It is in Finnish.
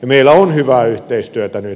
meillä on hyvää yhteistyötä nyt